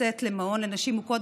לצאת למעון לנשים מוכות,